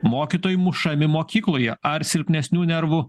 mokytojai mušami mokykloje ar silpnesnių nervų